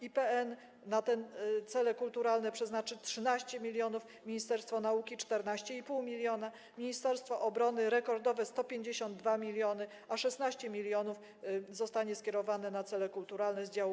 IPN na cele kulturalne przeznaczy 13 mln, ministerstwo nauki - 14,5 mln, ministerstwo obrony - rekordowe 152 mln, a 16 mln zostanie skierowane na cele kulturalne z działu: